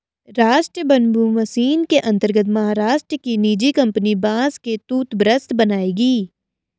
राष्ट्रीय bamboo mission के अंतर्गत महाराष्ट्र की निजी कंपनी बांस से टूथब्रश बनाएगी